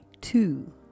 Two